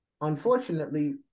Unfortunately